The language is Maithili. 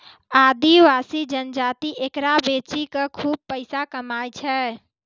आदिवासी जनजाति एकरा बेची कॅ खूब पैसा कमाय छै